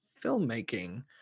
filmmaking